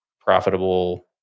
profitable